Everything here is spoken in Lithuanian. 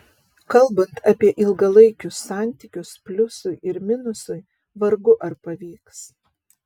kalbant apie ilgalaikius santykius pliusui ir minusui vargu ar pavyks